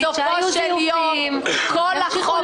בסופו של יום כל החוק